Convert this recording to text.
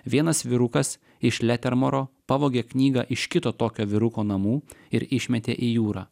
vienas vyrukas iš letermoro pavogė knygą iš kito tokio vyruko namų ir išmetė į jūrą